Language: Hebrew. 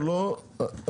כן או לא,